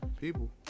People